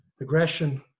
aggression